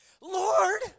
Lord